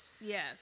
Yes